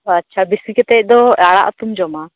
ᱟᱪᱪᱷᱟ ᱵᱤᱥᱤ ᱠᱟᱛᱮᱫ ᱫᱚ ᱟᱲᱟᱜ ᱩᱛᱩᱢ ᱡᱚᱢᱟ